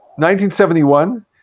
1971